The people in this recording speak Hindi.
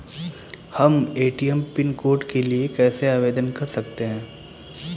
हम ए.टी.एम पिन कोड के लिए कैसे आवेदन कर सकते हैं?